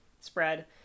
spread